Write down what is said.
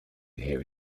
hear